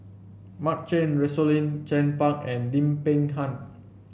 Mark Chan Rosaline Chan Pang and Lim Peng Han